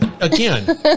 again